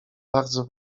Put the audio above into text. bardzo